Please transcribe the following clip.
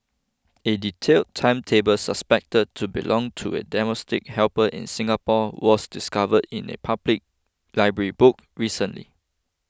a detailed timetable suspected to belong to a domestic helper in Singapore was discovered in a public library book recently